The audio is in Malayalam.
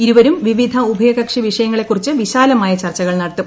ഇരുവരും വിവി ധ ഉഭയകക്ഷി വിഷയങ്ങളെക്കുറിച്ച് വിശാലമായ ചർച്ച കൾ നടത്തും